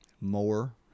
more